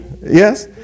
Yes